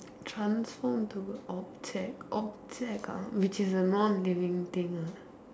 transform to object object ah which is a non living thing ah